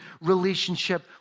relationship